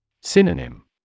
Synonym